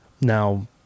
Now